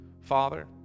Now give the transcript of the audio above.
Father